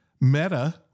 Meta